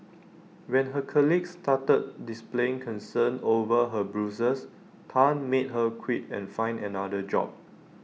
when her colleagues started displaying concern over her Bruises Tan made her quit and find another job